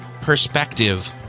perspective